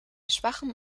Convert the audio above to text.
schwachem